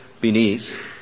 beneath